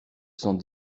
cent